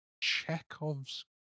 Chekhov's